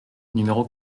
numéro